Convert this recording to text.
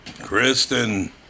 Kristen